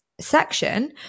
section